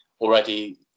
already